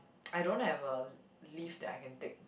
I don't have a leave that I can take